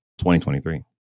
2023